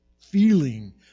feeling